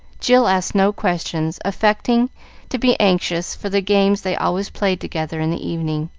jill asked no questions, affecting to be anxious for the games they always played together in the evening,